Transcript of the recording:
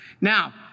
Now